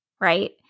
right